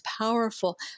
powerful